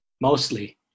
mostly